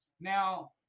Now